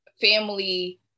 family